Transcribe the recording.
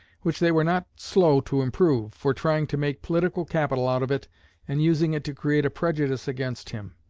which they were not slow to improve, for trying to make political capital out of it and using it to create a prejudice against him.